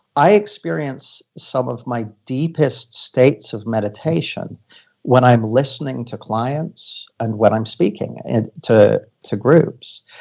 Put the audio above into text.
i experienced some of my deepest states of meditation when i'm listening to clients and when i'm speaking and to to groups.